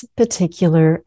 particular